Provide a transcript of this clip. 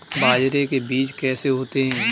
बाजरे के बीज कैसे होते हैं?